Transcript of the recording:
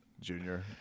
junior